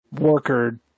worker